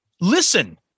Listen